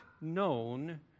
known